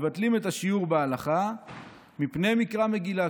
מבטלים את השיעור בהלכה מפני מקרא המגילה.